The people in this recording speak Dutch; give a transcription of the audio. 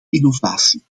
innovatie